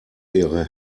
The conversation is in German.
ihre